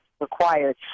required